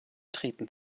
treten